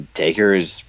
takers